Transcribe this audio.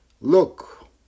Look